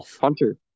Hunter